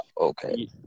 okay